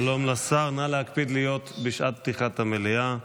שלום לשר, נא להקפיד להיות בשעת פתיחת המליאה.